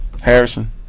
Harrison